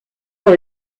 dans